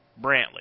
Brantley